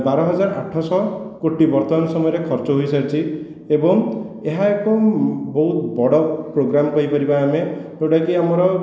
ବାର ହଜାର ଆଠଶହ କୋଟି ବର୍ତ୍ତମାନ ସମୟରେ ଖର୍ଚ୍ଚ ହୋଇ ସାରିଛି ଏବଂ ଏହା ଏକ ବହୁତ ବଡ଼ ପ୍ରୋଗ୍ରାମ କହିପାରିବା ଆମେ ଯେଉଁଟାକି ଆମର